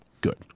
Good